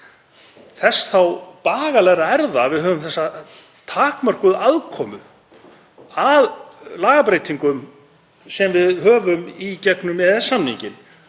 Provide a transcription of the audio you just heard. þess þá bagalegra er það að við höfum þessa takmörkuðu aðkomu að lagabreytingum sem við höfum í gegnum EES-samninginn.